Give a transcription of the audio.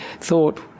thought